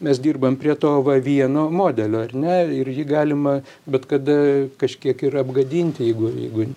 mes dirbam prie to va vieno modelio ar ne ir jį galima bet kada kažkiek ir apgadinti jeigu jeigu